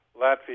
Latvia